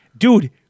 Dude